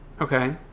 Okay